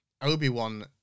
Obi-Wan